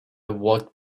walked